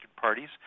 parties